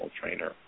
trainer